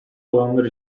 olanlar